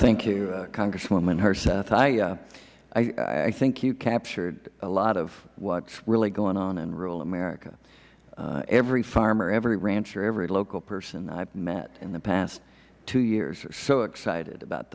thank you congresswoman herseth i think you captured a lot of what's really going on in rural america every farmer every rancher every local person i've met in the past two years are so excited about